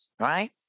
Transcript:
right